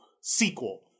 sequel